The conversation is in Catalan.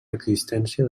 existència